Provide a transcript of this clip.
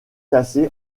classé